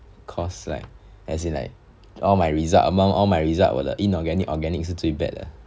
course like as in like all my result among all my result 我的 inorganic organic 是最 bad 的